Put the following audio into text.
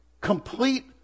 Complete